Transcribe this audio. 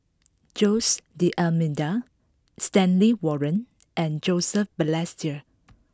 Jose D'almeida Stanley Warren and Joseph Balestier